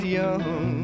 young